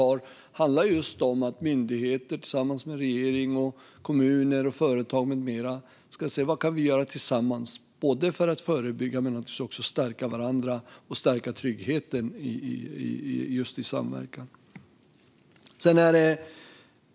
Det handlar om att myndigheter tillsammans med regering, kommuner, företag med flera ska se vad man göra tillsammans för att både förebygga, stärka varandra och stärka tryggheten i samverkan.